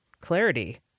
clarity